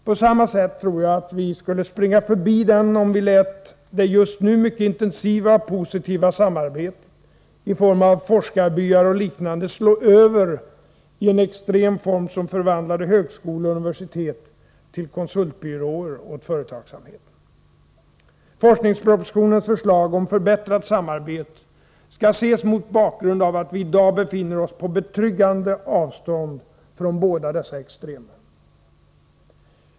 På samma sätt tror jag att vi skulle springa förbi denna punkt om vi lät det just nu mycket intensiva och positiva samarbetet, i form av forskarbyar och liknande, slå över i en extrem form, som förvandlade högskolor och universitet till konsultbyråer åt företagsamheten. Forskningspropositionens förslag om förbättrat samarbete skall ses mot bakgrund av att vi i dag befinner oss på betryggande avstånd från båda dessa extremer.